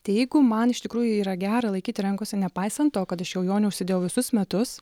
tai jeigu man iš tikrųjų jį yra gera laikyti rankose nepaisant to kad aš jau jo neužsidėjau visus metus